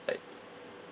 like